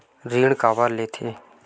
ऋण काबर लेथे?